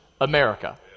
America